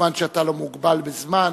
מובן שאתה לא מוגבל בזמן.